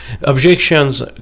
objections